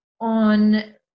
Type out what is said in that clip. on